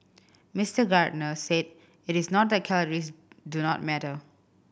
Mister Gardner said it is not that calories do not matter